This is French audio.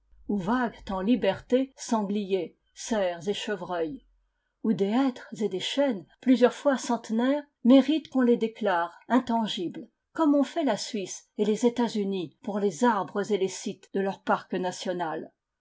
vaguent en liberté sangliers cerfs et chevreuils où des hêtres et des chênes plusieurs fois centenaires méritent qu'on les déclare intangibles comme ont fait la suisse et les etats-unis pour les arbres et les sites de leur parc national